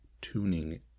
tuning